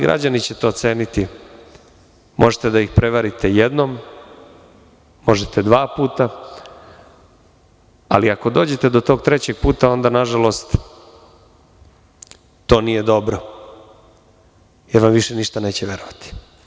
Građani će to oceniti, možete da ih prevarite jednom, možete dva puta, ali ako dođete do tog trećeg puta onda nažalost to nije dobro jer vam više ništa neće verovati.